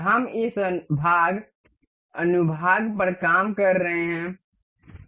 हम इस भाग अनुभाग पर काम कर रहे हैं